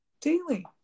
Daily